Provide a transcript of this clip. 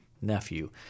Nephew